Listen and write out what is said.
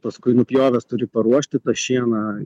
paskui nupjovęs turi paruošti tą šieną